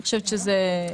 אני שוב רוצה לשאול,